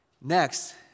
Next